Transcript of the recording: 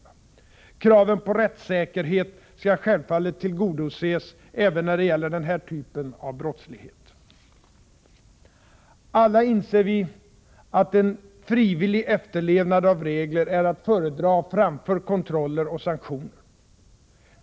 o Kraven på rättssäkerhet skall självfallet tillgodoses även när det gäller den här typen av brottslighet. Alla inser vi att en frivillig efterlevnad av regler är att föredra framför kontroller och sanktioner.